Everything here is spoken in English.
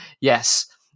Yes